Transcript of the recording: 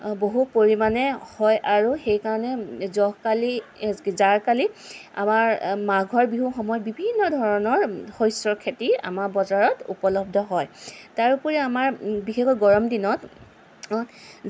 বহু পৰিমাণে হয় আৰু সেইকাৰণে জহকালি জাৰকালি আমাৰ মাঘৰ বিহুৰ সময়ত বিভিন্ন ধৰণৰ শস্যৰ খেতি আমাৰ বজাৰত উপলব্ধ হয় তাৰোপৰি আমাৰ বিশেষকৈ গৰম দিনত